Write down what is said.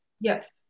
Yes